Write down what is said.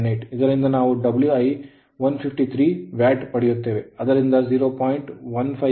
98 ಇದರಿಂದ ನಾವು W i 153ವ್ಯಾಟ್ ಪಡೆಯುತ್ತೇವೆ ಆದ್ದರಿಂದ 0